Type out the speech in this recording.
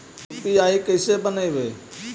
UPI कैसे बनइबै?